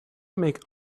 make